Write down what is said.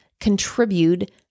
contribute